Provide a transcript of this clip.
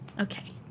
Okay